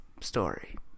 story